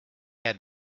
had